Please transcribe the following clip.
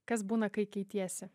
kas būna kai keitiesi